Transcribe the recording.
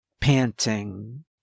panting